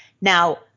Now